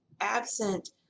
absent